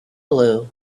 blue